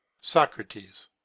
Socrates